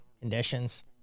conditions